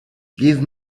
give